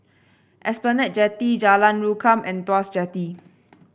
Esplanade Jetty Jalan Rukam and Tuas Jetty